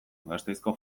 gasteizko